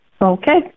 Okay